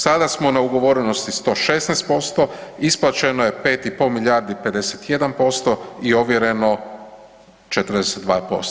Sada smo na ugovorenosti 116%, isplaćeno je 5,5 milijardi, 51% i ovjereno 42%